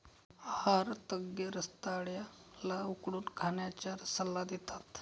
आहार तज्ञ रताळ्या ला उकडून खाण्याचा सल्ला देतात